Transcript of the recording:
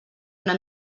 una